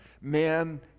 Man